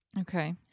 Okay